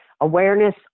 awareness